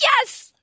Yes